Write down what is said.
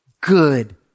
Good